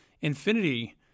Infinity